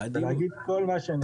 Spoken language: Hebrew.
ולהגיד כל מה שאני חושב.